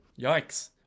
Yikes